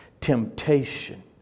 temptation